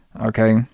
Okay